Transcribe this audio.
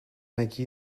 make